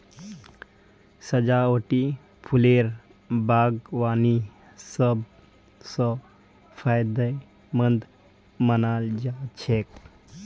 सजावटी फूलेर बागवानी सब स फायदेमंद मानाल जा छेक